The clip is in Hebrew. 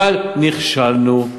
אבל נכשלנו,